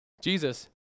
Jesus